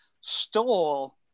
stole